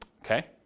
okay